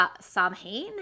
Samhain